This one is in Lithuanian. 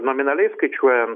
nominaliai skaičiuojant